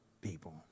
people